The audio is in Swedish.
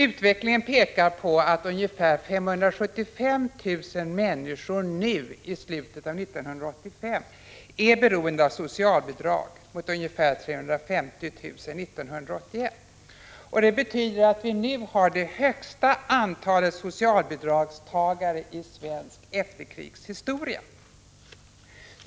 Utvecklingen pekar på att ungefär 575 000 människor nu i slutet av 1985 är beroende av socialbidrag, jämfört med ungefär 350 000 år 1981. Detta betyder att antalet socialbidragstagare nu är det högsta i svensk efterkrigshistoria.